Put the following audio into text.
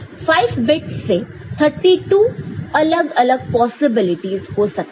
इसका मतलब 5 बिट्स से 32 अलग अलग पॉसिबिलिटीस हो सकते